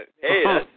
Hey